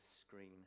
screen